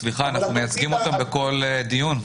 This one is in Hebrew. אנחנו מייצגים אותם בכל דיון.